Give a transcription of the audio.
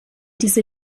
diese